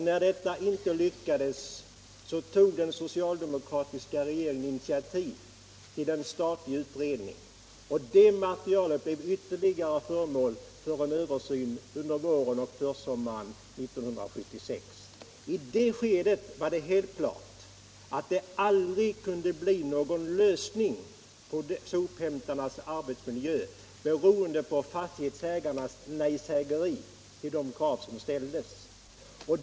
När detta inte lyckades tog den socialdemokratiska regeringen initiativ till en statlig utredning. Det materialet blev föremål för ytterligare översyn under våren och försommaren 1976. I det skedet var det helt klart att det aldrig kunde bli någon lösning på problemen med sophämtarnas arbetsmiljö — beroende på fastighetsägarnas nejsägeri till de krav som ställts.